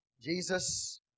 Jesus